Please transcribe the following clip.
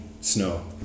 snow